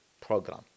program